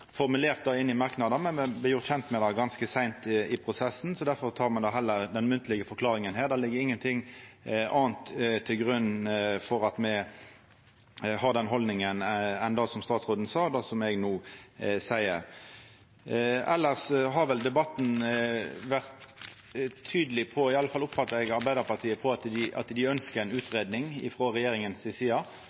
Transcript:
formulert det inn i merknader, men me vart kjende med det ganske seint i prosessen. Difor tek me heller forklaringa munnleg her. Det ligg ingenting anna til grunn for at me har den haldninga, enn det som statsråden sa, og det som eg no seier. Elles har vel debatten vore tydeleg på – i alle fall oppfattar eg Arbeidarpartiet slik – at ein ønskjer ei utgreiing frå regjeringa si side.